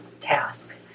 task